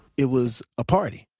it was a party.